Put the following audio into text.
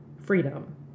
freedom